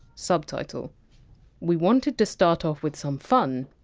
subtitle we wanted to start off with some fun,